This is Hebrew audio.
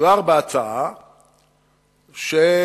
מדובר בהצעה שמוחקת